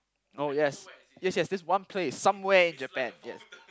oh yes yes yes this one place somewhere in Japan yes